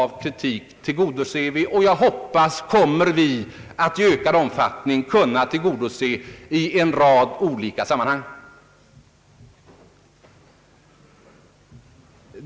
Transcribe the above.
Vi försöker tillgodose den, och jag hoppas vi kommer i ökad omfattning kunna tillgodose den i en rad olika sammanhang.